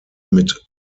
mit